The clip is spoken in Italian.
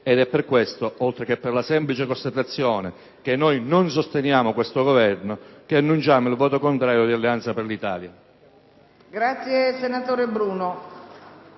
Ed è per questo, oltre che per la semplice constatazione che noi non sosteniamo questo Governo, che annunciamo il voto contrario di Alleanza per l'Italia. *(Applausi dal Gruppo*